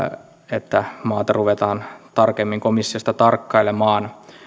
että maata ruvetaan tarkemmin komissiosta tarkkailemaan